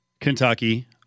Kentucky